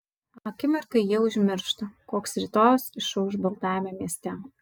akimirkai jie užmiršta koks rytojus išauš baltajame mieste